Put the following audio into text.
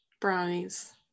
Brownies